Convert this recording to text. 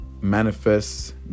manifest